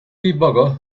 debugger